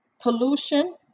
pollution